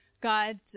God